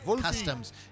Customs